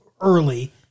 early